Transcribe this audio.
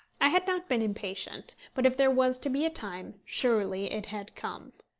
i had not been impatient but, if there was to be a time, surely it had come.